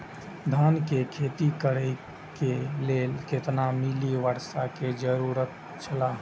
धान के खेती करे के लेल कितना मिली वर्षा के जरूरत छला?